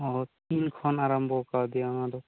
ᱚ ᱛᱤᱱ ᱠᱷᱚᱱ ᱟᱨᱟᱢᱵᱚ ᱟᱠᱟᱫᱮᱭᱟ ᱚᱱᱟ ᱫᱚ